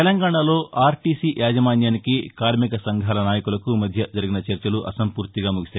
తెలంగాణలో ఆర్టీసీ యాజమాన్యానికి కార్మిక సంఘాల నాయకులకు మధ్య జరిగిన చర్చలు అసంపూర్తిగా ముగిశాయి